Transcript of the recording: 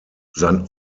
sein